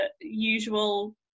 usual